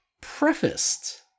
prefaced